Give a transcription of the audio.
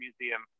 museum